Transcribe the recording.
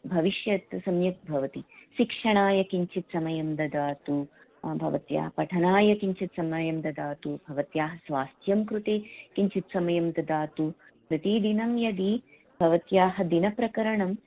भविष्यत् सम्यक् भवति शिक्षणाय किञ्चित् समयं ददातु भवत्याः पठनाय किञ्चित् समयं ददातु भवत्याः स्वास्थ्यं कृते किञ्चित् समयं ददातु प्रतिदिनं यदि भवत्याः दिनप्रकरणं